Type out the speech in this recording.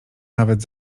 nawet